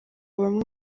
bamwe